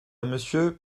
monsieur